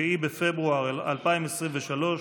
7 בפברואר 2023,